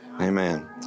Amen